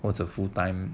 what's a full time